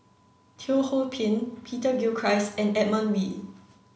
Teo Ho Pin Peter Gilchrist and Edmund Wee